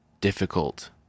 difficult